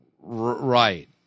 Right